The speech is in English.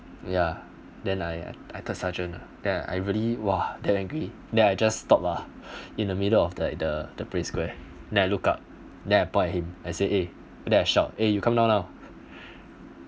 ya then I I third sergeant ah then I really !wah! damn angry then I just stopped ah in the middle of like the pre square eh then I look up then I point at him I said eh then I shout eh you come down now